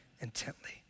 intently